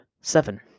seven